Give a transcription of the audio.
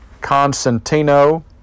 Constantino